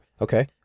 Okay